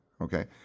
Okay